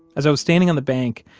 as i was standing on the bank,